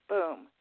Boom